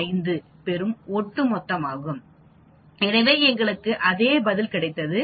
5 பெறும் ஒட்டுமொத்தமாகும் எனவே எங்களுக்கு அதே பதில் கிடைத்தது